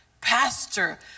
pastor